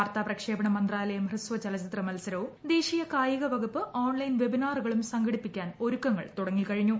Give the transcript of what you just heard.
വാർത്താ പ്രക്ഷേപണ മന്ത്രാലയം ഹ്രസ്വ ചലച്ചിത്ര മത്സരവും ദേശീയ കായിക വകുപ്പ് ഓൺലൈൻ വെബിനാറുകളും സംഘടിപ്പിക്കാൻ ഒരുക്കങ്ങൾ തുടങ്ങിക്കഴിഞ്ഞു